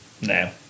No